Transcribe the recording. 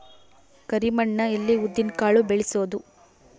ಕರಿ ಮಣ್ಣ ಅಲ್ಲಿ ಉದ್ದಿನ್ ಕಾಳು ಬೆಳಿಬೋದ?